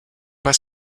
pas